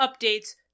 updates